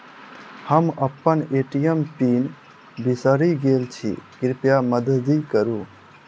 हम अप्पन ATM PIN बिसरि गेल छी कृपया मददि करू